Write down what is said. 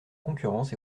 concurrence